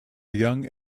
young